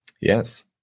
Yes